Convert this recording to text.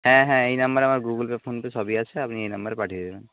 হ্যাঁ হ্যাঁ এই নম্বরে আমার গুগুল পে ফোনপে সবই আছে আপনি এই নম্বরে পাঠিয়ে দেবেন